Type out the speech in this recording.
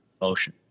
motion